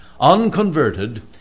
unconverted